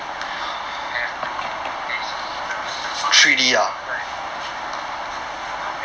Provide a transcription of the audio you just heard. have to this the the marks the results right